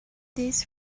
this